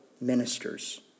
ministers